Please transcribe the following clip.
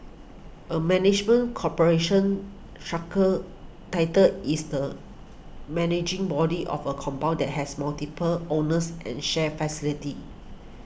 a management corporation title is the managing body of a compound that has multiple owners and shared facilities